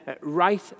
right